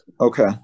Okay